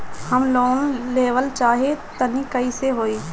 हम लोन लेवल चाह तानि कइसे होई?